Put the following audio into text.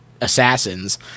assassins